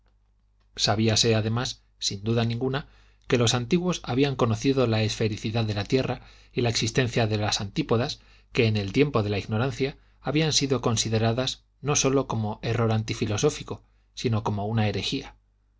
especias sabíase además sin duda ninguna que los antiguos habían conocido la esfericidad de la tierra y la existencia de los antípodas que en el tiempo de la ignorancia habían sido consideradas no sólo como un error antifílosófíco sino como una herejía